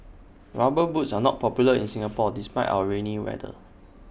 rubber boots are not popular in Singapore despite our rainy weather